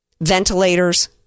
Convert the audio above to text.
ventilators